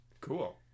Cool